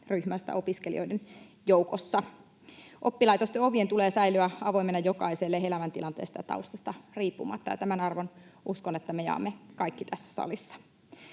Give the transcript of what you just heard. ryhmästä opiskelijoiden joukossa. Oppilaitosten ovien tulee säilyä avoimina jokaiselle elämäntilanteesta ja taustasta riippumatta, ja uskon, että tämän arvon me jaamme kaikki tässä salissa.